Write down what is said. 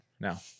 now